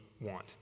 want